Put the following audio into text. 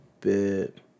bit